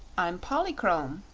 i'm polychrome,